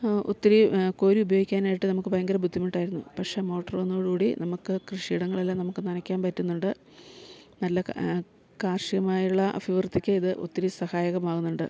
ഒത്തിരി കോരി ഉപയോഗിക്കാനായിട്ട് നമുക്ക് ഭയങ്കര ബുദ്ധിമുട്ടായിരുന്നു പക്ഷെ മോട്ടറ് വന്നതോടുകൂടി നമുക്ക് കൃഷിയിടങ്ങളെല്ലാം നമുക്ക് നനയ്ക്കാൻ പറ്റുന്നുണ്ട് നല്ല കാർഷികമായുള്ള അഭിവൃദ്ധിക്ക് ഇത് ഒത്തിരി സഹായകമാകുന്നുണ്ട്